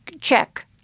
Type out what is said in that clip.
Check